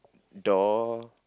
door